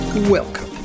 Welcome